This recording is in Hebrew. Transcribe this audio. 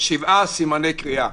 שבעה סימני קריאה.